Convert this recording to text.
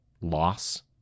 loss